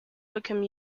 become